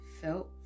felt